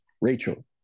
Rachel